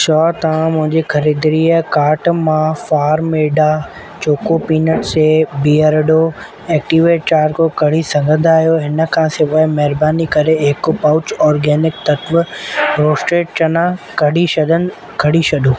छा तव्हां मुंहिंजी ख़रीदिरी कार्ट मां फार्मेडा चोको पीनट्स ऐं बीयरडो एक्टिवेटिड चारको कढ़ी सघंदा आहियो इन खां सवाइ महिरबानी करे हिकु पाउच ओर्गेनिक तत्त्व रोस्टेड चना कढी छॾन कढी छॾियो